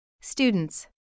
Students